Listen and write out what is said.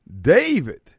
David